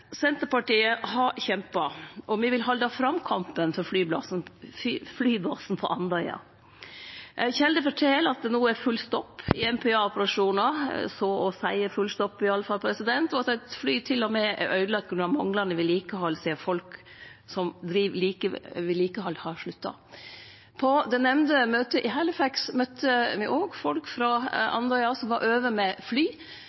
Senterpartiet har kjempa og vil halde fram kampen for flybasen på Andøya. Ei kjelde fortel at det no er full stopp i MPA-operasjonar – så å seie full stopp i alle fall – og at eit fly til og med er øydelagt på grunn av manglande vedlikehald, sidan folk som dreiv med vedlikehald, har slutta. På det nemnde møtet i Halifax møtte me òg folk frå Andøya som var komne over med fly